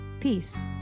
Peace